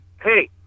hey